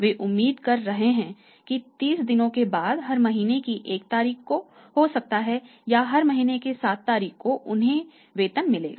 वे उम्मीद कर रहे हैं कि 30 दिनों के बाद हर महीने की 1 तारीख को हो सकता है या हर महीने की 7 तारीख को उन्हें वेतन मिलेगा